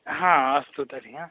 हा अस्तु तर्हि हा